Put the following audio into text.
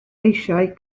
eisiau